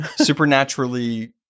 Supernaturally